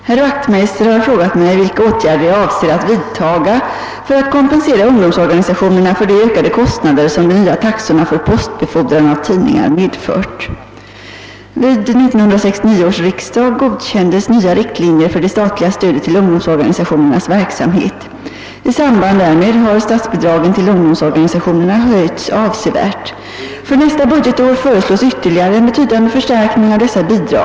Herr talman! Herr Wachtmeister har frågat mig vilka åtgärder jag avser att vidtaga för att kompensera ungdomsorganisationerna för de ökade kostnader, som de nya taxorna för postbefordran av tidningar medfört.